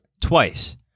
twice